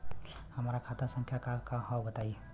हमार खाता संख्या का हव बताई?